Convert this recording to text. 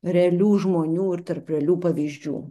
realių žmonių ir tarp realių pavyzdžių